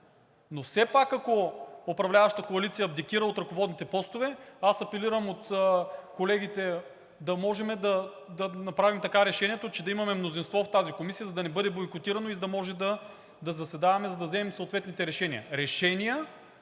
Но все пак, ако управляващата коалиция абдикира от ръководните постове, аз апелирам към колегите да можем да направим така решението, че да имаме мнозинство в тази комисия, за да не бъде бойкотирано и за да може да заседаваме, за да вземем съответните решения.